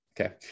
Okay